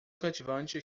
cativante